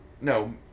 No